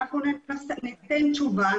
אנחנו נבדוק וניתן תשובה.